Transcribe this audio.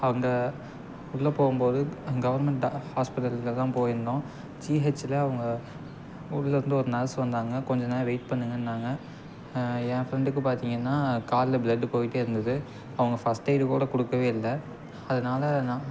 அங்கே உள்ளே போகும்போது கவர்மெண்ட் ஹாஸ்பிட்டலில் தான் போய்ருந்தோம் ஜிஹெச்சில் அவங்க உள்ளேருந்து ஒரு நர்ஸ் வந்தாங்க கொஞ்சம் நேரம் வெயிட் பண்ணுங்கன்னாங்க என் ஃப்ரெண்டுக்கு பார்த்தீங்கன்னா காலில் ப்ளட்டு போய்ட்டே இருந்தது அவங்க ஃபஸ்ட் எய்டு கூட கொடுக்கவே இல்லை அதனால நான்